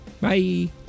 Bye